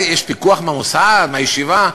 יש פיקוח מהמוסד, מהישיבה?